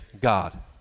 God